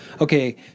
okay